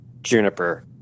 Juniper